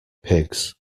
pigs